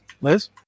Liz